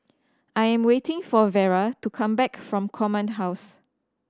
I'm waiting for Vera to come back from Command House